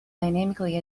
dynamically